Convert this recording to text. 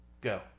Go